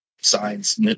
science